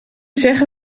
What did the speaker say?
zeggen